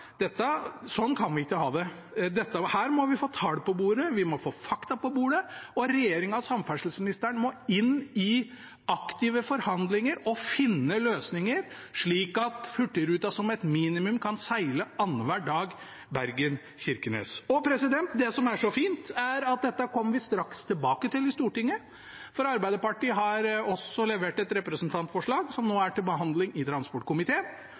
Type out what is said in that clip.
sånn kan vi ikke ha det. Her må vi få tall på bordet, vi må få fakta på bordet, og regjeringen og samferdselsministeren må inn i aktive forhandlinger og finne løsninger slik at Hurtigruten som et minimum kan seile Bergen–Kirkenes annenhver dag. Det som er så fint, er at dette kommer vi straks tilbake til i Stortinget, for Arbeiderpartiet har også levert et representantforslag som nå er til behandling i transportkomiteen,